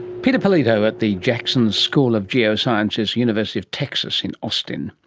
peter polito at the jackson school of geosciences, university of texas in austin.